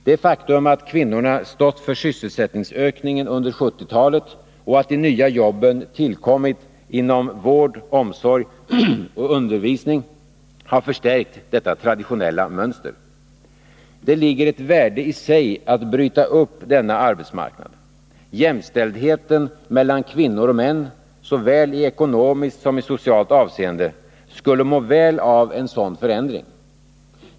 Det faktum att kvinnorna stått för sysselsättningsökningen under 1970-talet och att de nya jobben tillkommit inom vård, omsorg och undervisning har förstärkt detta traditionella mönster. Det ligger ett värde i sig i att bryta ner denna segregering av arbetsmarknaden. Jämställdheten mellan kvinnor och män, såväl i ekonomiskt som i socialt avseende, skulle må väl av en sådan förändring.